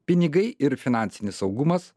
pinigai ir finansinis saugumas